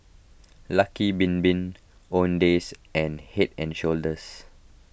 Lucky Bin Bin Owndays and Head and Shoulders